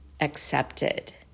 accepted